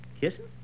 Kissing